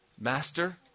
Master